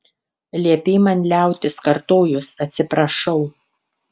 liepei man liautis kartojus atsiprašau